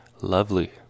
lovely